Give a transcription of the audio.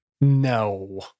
No